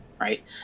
right